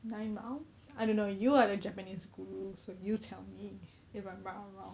nine rounds I don't know you are the japanese guru so you tell me if I'm right or wrong